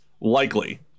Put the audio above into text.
likely